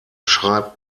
schreibt